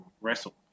wrestle